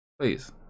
Please